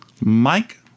Mike